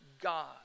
God